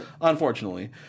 unfortunately